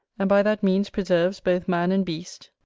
and by that means preserves both man and beast,